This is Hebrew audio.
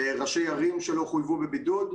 ראשי ערים שלא חויבו בבידוד,